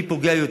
מי פוגע יותר,